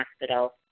Hospital